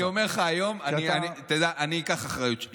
אני אומר לך, אני אקח אחריות.